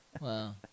Wow